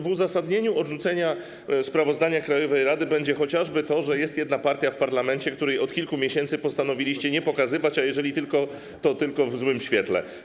W uzasadnieniu odrzucenia sprawozdania krajowej rady będzie chociażby to, że jest jedna partia w parlamencie, której od kilku miesięcy postanowiliście nie pokazywać, a jeżeli pokazywać, to tylko w złym świetle.